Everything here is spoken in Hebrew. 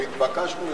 או התבקשנו,